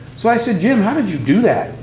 so i said, jim, how did you do that?